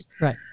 Right